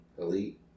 Elite